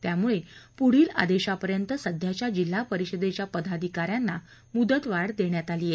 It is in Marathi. त्यामुळे पुढील आदेशापर्यंत सध्याच्या जिल्हापरिषदेच्या पदाधिकाऱ्यांना मुदत वाढ देण्यात आली आहे